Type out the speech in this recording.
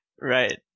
Right